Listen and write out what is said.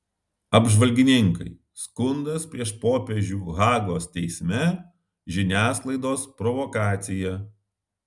apžvalgininkai skundas prieš popiežių hagos teisme žiniasklaidos provokacija